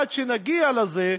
עד שנגיע לזה,